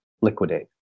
liquidate